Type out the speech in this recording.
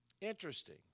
Interesting